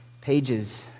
pages